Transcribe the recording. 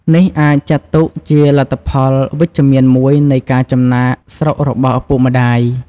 នេះអាចចាត់ទុកជាលទ្ធផលវិជ្ជមានមួយនៃការចំណាកស្រុករបស់ឪពុកម្តាយ។